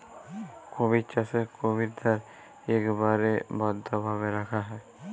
কুমির চাষে কুমিরদ্যার ইকবারে বদ্ধভাবে রাখা হ্যয়